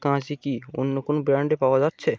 কাঁচি কি অন্য কোনও ব্র্যান্ডে পাওয়া যাচ্ছে